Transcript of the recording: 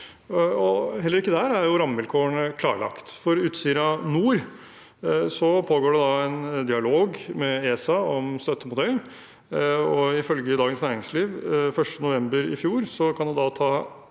heller ikke der er rammevilkårene klarlagt. For Utsira Nord pågår det en dialog med ESA om støttemodell. Ifølge Dagens Næringsliv 1. november i fjor kan det ta